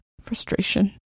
Frustration